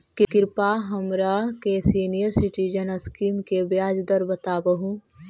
कृपा हमरा के सीनियर सिटीजन स्कीम के ब्याज दर बतावहुं